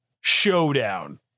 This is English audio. Showdown